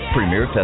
Premier